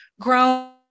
grown